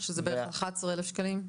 שזה בערך 11,000 שקלים.